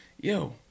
yo